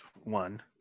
one